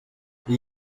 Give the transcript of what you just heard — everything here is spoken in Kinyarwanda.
iyi